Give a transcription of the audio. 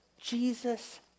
Jesus